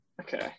Okay